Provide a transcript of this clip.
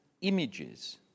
images